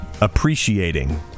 Appreciating